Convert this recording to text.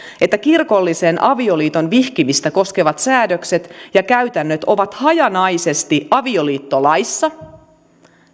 että kirkollisen avioliiton vihkimistä koskevat säädökset ja käytännöt ovat hajanaisesti avioliittolaissa